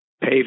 pay